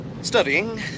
Studying